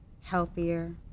healthier